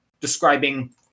describing